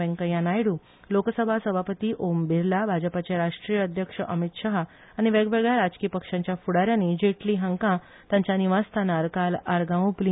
व्यैकय्या नायडू लोकसभा सभापती अमो बिर्ला भाजपाचे राष्ट्रीय अध्यक्ष अमित शाह आनी वेगवेगळ्या राजकी पक्षांच्या फुडा यानी जेटली हांका तांच्या निवासस्थानार काल आर्गा ओपली